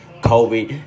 Kobe